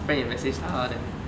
他 friend 也 message 他 hor then